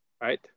right